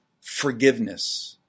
forgiveness